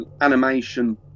animation